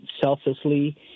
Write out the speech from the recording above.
selflessly